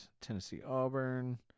Tennessee-Auburn